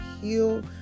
heal